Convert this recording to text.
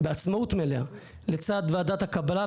בעצמאות מלאה לצד ועדת הקבלה,